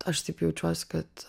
aš taip jaučiuos kad